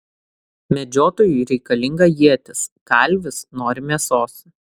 medžiotojui reikalinga ietis kalvis nori mėsos